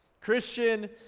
Christian